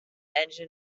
engine